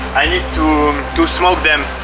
i need to to smoke them.